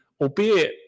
albeit